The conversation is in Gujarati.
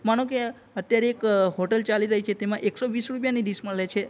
માનો કે અત્યારે એક હોટલ ચાલી રહી છે તેમાં એકસો વીસ રૂપિયાની ડીસ મળે છે